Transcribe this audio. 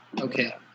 Okay